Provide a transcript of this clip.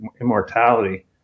immortality